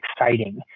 exciting